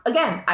Again